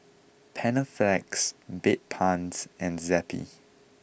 Panaflex Bedpans and Zappy